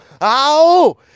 ow